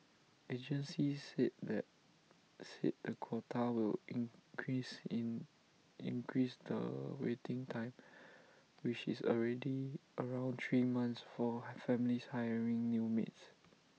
agencies said that said the quota will increase in increase the waiting time which is already around three months for families hiring new maids